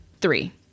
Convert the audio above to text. Three